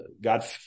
God